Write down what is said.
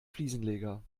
fliesenleger